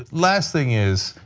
last thing is,